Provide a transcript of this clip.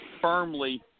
firmly